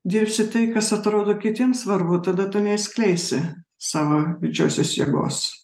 dirbsi tai kas atrodo kitiem svarbu tada tu neišskleisi savo didžiosios jėgos